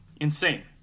Insane